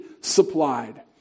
supplied